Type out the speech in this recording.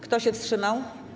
Kto się wstrzymał?